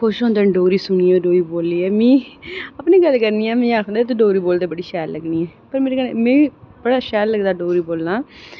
बड़े खुश होंदे न डोगरी बोल्लियै मिगी ते अपनी गल्ल करनी आं ते बोलदे कि डोगरी बोलदे बड़ी शैल लग्गनी ऐं पर में बड़ा शैल लगदा डोगरी बोलना